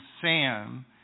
Sam